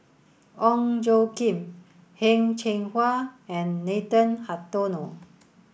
Ong Tjoe Kim Heng Cheng Hwa and Nathan Hartono